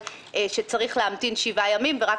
שבהן נאמר שצריך להמתין שבעה ימים ורק